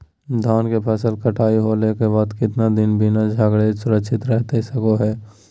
धान के फसल कटाई होला के बाद कितना दिन बिना झाड़ले सुरक्षित रहतई सको हय?